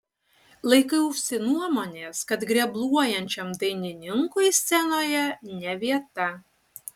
laikausi nuomonės kad grebluojančiam dainininkui scenoje ne vieta